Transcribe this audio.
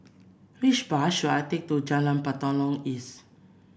which bus should I take to Jalan Batalong East